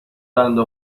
بنده